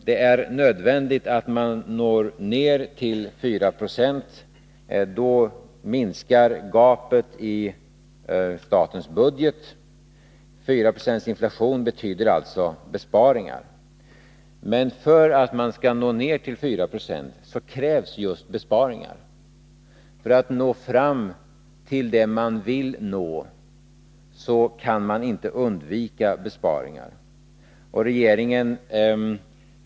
Det är nödvändigt att komma ned till 4 Yo inflation, för då minskar gapet i statens budget. Men för att komma ned till 4 26 krävs besparingar. Om man skall åstadkomma det man vill uppnå, kan man alltså inte undvika att göra besparingar.